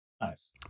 Nice